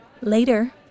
Later